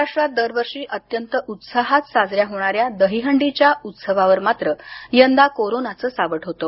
महाराष्ट्रात दरवर्षी अत्यंत उत्साहात साजऱ्या होणाऱ्या दहीहंडीच्या उत्सवावर मात्र यंदा कोरोनाचं सावट होतं